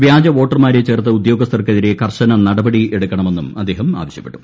വ്യാജ വോട്ടർമാരെ ചേർത്ത ഉദ്യോഗസ്ഥർക്കെതിരെ കർശന നടപടി എടുക്കണമെന്നും അദ്ദേഹം ആവശ്യപ്പെട്ടു